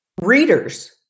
readers